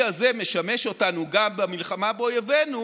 הזה משמש אותנו גם במלחמה באויבינו,